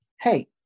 Hey